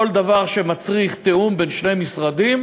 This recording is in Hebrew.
כל דבר שמצריך תיאום בין שני משרדים,